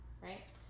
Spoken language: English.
right